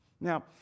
Now